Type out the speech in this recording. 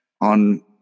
on